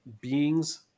beings